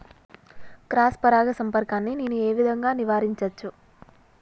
Cross పరాగ సంపర్కాన్ని నేను ఏ విధంగా నివారించచ్చు?